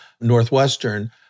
Northwestern